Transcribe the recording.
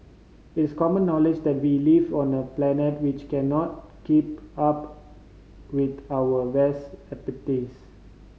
it's common knowledge that we live on a planet which cannot keep up with our vast